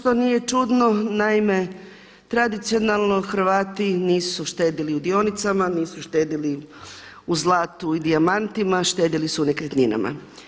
To nije čudno, naime, tradicionalno Hrvati nisu štedjeli u dionicama, nisu štedjeli u zlatu i dijamantima, štedjeli su u nekretninama.